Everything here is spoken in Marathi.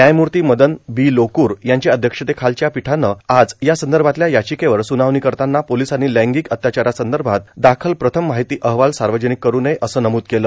न्यायमूर्ती मदन बी लोकूर यांच्या अध्यक्षतेखालच्या पीठानं आज यासंदर्भातल्या याचिकेवर सुनावणी करताना पोलिसांनी लैंगिक अत्याचारासंदर्भात दाखल प्रथम माहिती अहवाल सार्वजनिक करु नये असं नमूद केलं